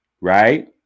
right